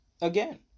Again